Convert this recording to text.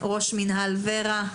ראש מינהל ור"ה,